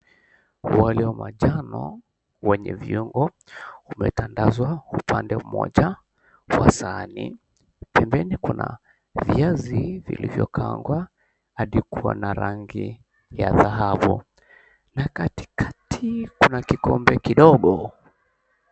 Wali mtamu wenye viungo umetandazwa upande mmoja kwa sahani pembeni kuna viazi vilivyo kaangwa hadi kuwa na rangi ya ya manjano na katikati kuna kikombe kidogo.